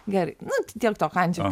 gerai nu tiek to kandžiokis